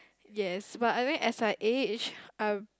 yes but I think as I age I'm